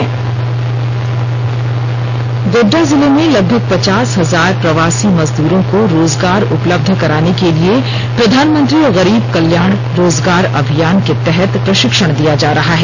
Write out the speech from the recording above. special story Godda Godda जिले में लगभग पचास हजार प्रवासी मजदूरों को रोजगार उपलब्ध कराने के लिए प्रधानमंत्री गरीब कल्याण रोजगार अभियान के तहत प्रशिक्षण दिया जा रहा है